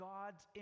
God's